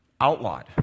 outlawed